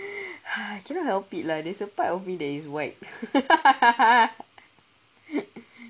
I cannot help it lah there's a part of me that is white